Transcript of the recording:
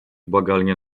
błagalnie